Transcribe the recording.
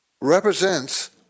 represents